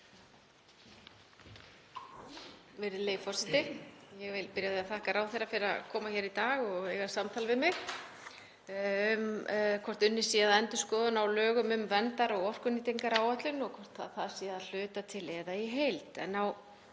Virðulegi forseti. Ég vil byrja á því að þakka ráðherra fyrir að koma hingað í dag og eiga samtal við mig um hvort unnið sé að endurskoðun á lögum um verndar- og orkunýtingaráætlun og hvort það sé að hluta til eða í heild.